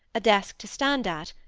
a desk to stand at,